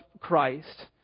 Christ